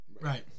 Right